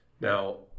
Now